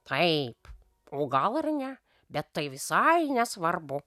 taip o gal ir ne bet tai visai nesvarbu